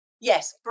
Yes